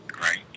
Right